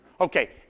Okay